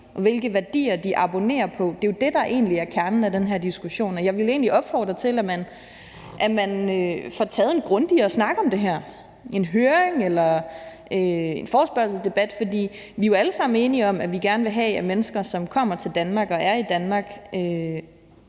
og hvilke værdier de abonnerer på. Det er jo det, der egentlig er kernen i denne diskussion. Og jeg vil opfordre til, at man får taget en grundigere snak om det her, i en høring eller en forespørgselsdebat, for vi er jo alle sammen enige om, at vi gerne vil have, at mennesker, som kommer til Danmark og er i Danmark,